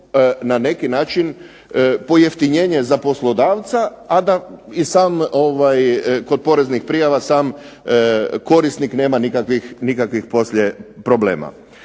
na neki način pojeftinjenje za poslodavca, a da i sam kod poreznih prijava sam korisnik nema nikakvih poslije problema.